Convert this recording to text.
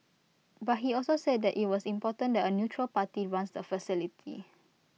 but he also said IT was important that A neutral party runs the facility